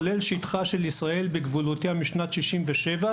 כולל שטחה של ישראל בגבולותיה משנת 1967,